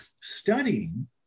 studying